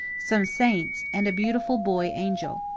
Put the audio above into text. some saints, and a beautiful boy angel.